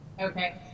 okay